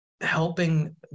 helping